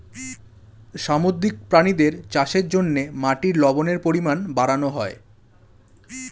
সামুদ্রিক প্রাণীদের চাষের জন্যে মাটির লবণের পরিমাণ বাড়ানো হয়